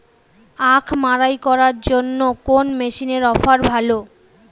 আখ মাড়াই করার জন্য কোন মেশিনের অফার ভালো?